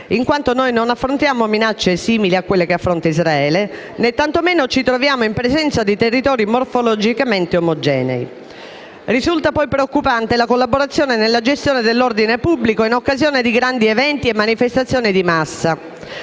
in quanto noi non affrontiamo minacce simili a quelle che affronta Israele né, tantomeno, ci troviamo in presenza di territori morfologicamente omogenei. Risulta poi preoccupante la collaborazione nella gestione dell'ordine pubblico in occasione di grandi eventi e manifestazioni di massa.